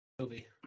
movie